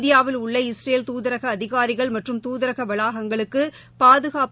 இந்தியாவில் உள்ள இஸ்ரேல் துதரக அதிகாரிகள் மற்றும் துதரக வளாகங்களுக்கு பாதுகாப்பு